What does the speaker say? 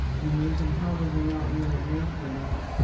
and we should probably not really wish for that,